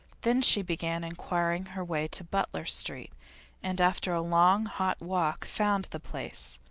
then she began inquiring her way to butler street and after a long, hot walk, found the place.